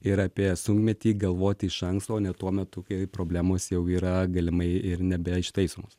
ir apie sunkmetį galvoti iš anksto o ne tuo metu kai problemos jau yra galimai ir nebeištaisomos